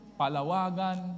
palawagan